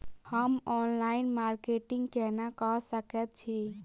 हम online marketing केना कऽ सकैत छी?